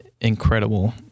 incredible